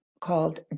called